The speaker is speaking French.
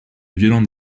violentes